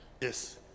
yes